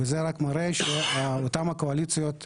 וזה רק מראה שאותן הקואליציות,